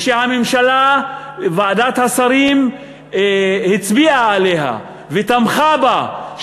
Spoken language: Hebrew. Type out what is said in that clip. ושהממשלה בוועדת השרים הצביעה עליה ותמכה בה,